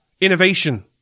innovation